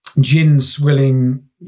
gin-swilling